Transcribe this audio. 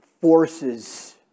forces